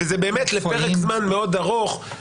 וזה באמת לפרק זמן מאוד ארוך,